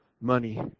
money